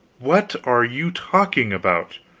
what are you talking about?